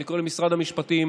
אני קורא למשרד המשפטים,